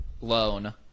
loan